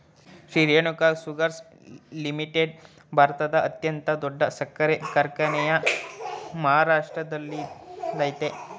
Shri Renuka sugars limited ಭಾರತದ ಅತ್ಯಂತ ದೊಡ್ಡ ಸಕ್ಕರೆ ಕಾರ್ಖಾನೆಯು ಮಹಾರಾಷ್ಟ್ರದಲ್ಲಯ್ತೆ